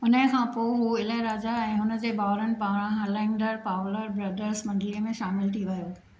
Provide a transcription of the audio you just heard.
उने खां पोइ उहो इलैराजा ऐं हुन जे भाउरनि पारां हलाइंदड़ु पावलर ब्रदर्स मंडलीअ में शामिलु थी वयो